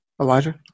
Elijah